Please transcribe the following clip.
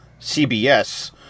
CBS